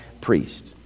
priest